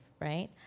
right